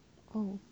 oh